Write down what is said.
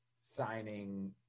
signing